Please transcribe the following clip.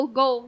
go